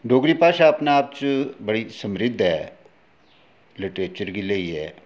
डोगरी भाशा अपने आप च बड़ी समृद्ध ऐ लिट्रेचर गी लेइयै